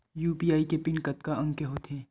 UPI के PIN कतका अंक के होथे?